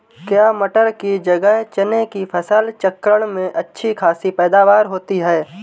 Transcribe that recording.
क्या मटर की जगह चने की फसल चक्रण में अच्छी खासी पैदावार होती है?